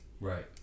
Right